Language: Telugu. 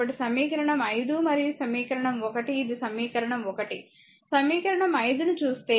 కాబట్టి సమీకరణం 5 మరియు సమీకరణం 1 ఇది సమీకరణం 1 సమీకరణం 5 ని చూస్తే